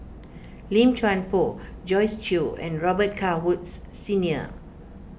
Lim Chuan Poh Joyce Jue and Robet Carr Woods Senior